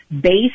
based